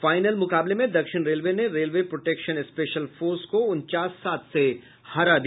final मुकाबले में दक्षिण रेलवे ने रेलवे प्रोटेक्शन स्पेशल फोर्स को उनचास सात से हरा दिया